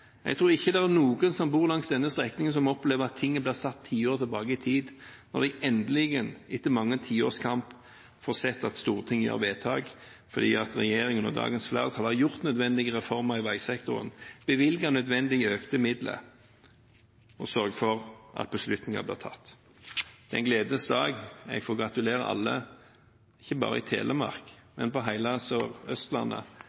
Jeg tror ikke det er noen som bor langs denne strekningen som opplever at ting blir satt tiår tilbake i tid, når de endelig, etter mange tiårs kamp, får se at Stortinget gjør vedtak – fordi regjeringen og dagens flertall har gjort nødvendige reformer i veisektoren, bevilget nødvendige økte midler og sørget for at beslutninger blir tatt. Det er en gledens dag. Jeg får gratulere alle, ikke bare i